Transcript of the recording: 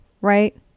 right